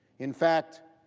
in fact,